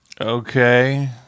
Okay